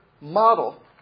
model